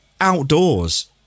outdoors